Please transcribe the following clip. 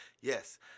Yes